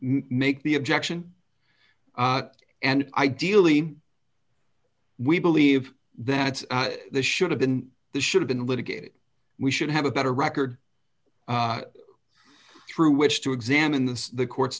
make the objection and ideally we believe that the should have been the should have been litigated we should have a better record through which to examine the the court